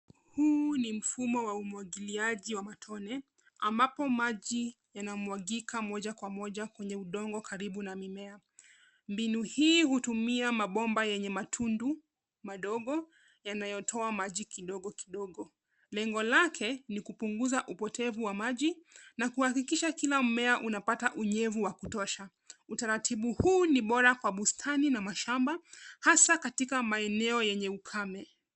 Huu ni mfumo wa umwagiliaji wa matone ambapo maji yanamwagika moja kwa moja kwenye udongo karibu na mimea. Mbinu hii hutumia mabomba yenye matundu madogo yanayotoa maji kidogo kidogo. Lengo lake ni kupunguza upotevu wa maji na kuhakikisha kila mmea unapata unyevu wa kutosha. Utaratibu huu ni bora kwa bustani na mashamba hasa katika maeneo yenye ukame